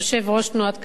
יושב-ראש תנועת קדימה,